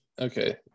Okay